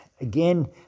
again